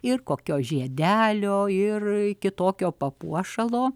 ir kokio žiedelio ir kitokio papuošalo